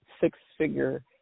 six-figure